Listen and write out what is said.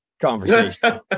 conversation